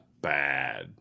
bad